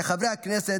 כחברי הכנסת,